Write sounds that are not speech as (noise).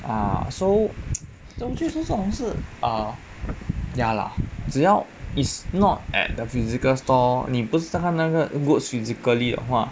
ah so (noise) 总之就是这种事 ya lah 只要 is not at the physical store 你不是他那个 goods physically 的话